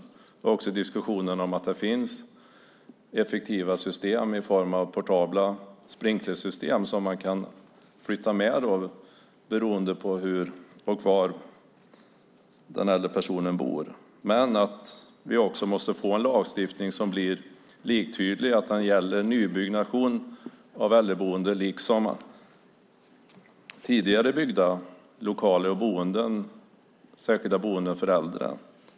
Det gäller också diskussionen om att det finns effektiva system i form av portabla sprinklersystem som kan flyttas med, beroende på hur och var den äldre personen bor. Vi måste få en lagstiftning som blir liktydig, det vill säga att den gäller både nybyggnation av äldreboenden och tidigare byggda lokaler och särskilda boenden för äldre.